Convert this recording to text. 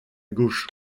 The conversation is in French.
gauche